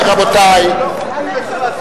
למה הוא אומר לנו עכשיו על ההסכם?